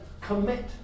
commit